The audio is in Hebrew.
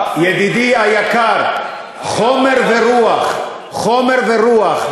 ידידי היקר, חומר ורוח, חומר ורוח.